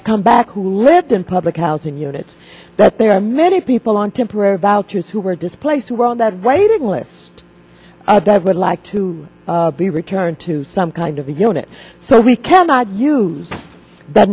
to come back who lived in public housing units that there are many people on temporary vouchers who were displaced who were on that waiting list that would like to be returned to some kind of a unit so we cannot use the